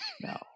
No